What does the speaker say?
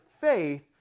faith